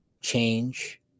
change